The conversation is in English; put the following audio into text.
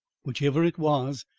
whichever it was,